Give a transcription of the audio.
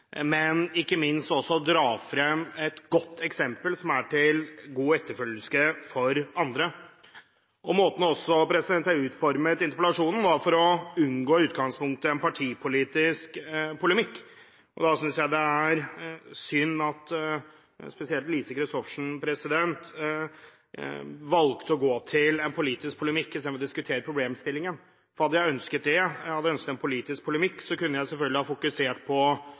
ikke minst å dra frem et godt eksempel som bør være til etterfølgelse for andre. Måten jeg utformet interpellasjonen på, valgte jeg for i utgangspunktet å unngå en partipolitisk polemikk, og jeg synes det er synd at spesielt Lise Christoffersen valgte å gå til en politisk polemikk i stedet for å diskutere problemstillingen. Hadde jeg ønsket en politisk polemikk, kunne jeg selvfølgelig ha fokusert på